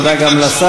תודה גם לשר.